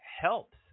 helps